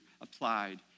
applied